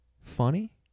funny